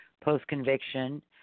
post-conviction